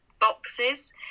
boxes